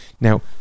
now